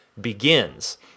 begins